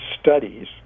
studies